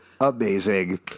Amazing